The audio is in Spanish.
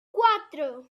cuatro